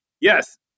yes